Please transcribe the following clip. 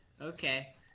Okay